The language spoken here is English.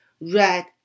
red